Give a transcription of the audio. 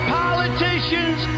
politicians